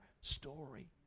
story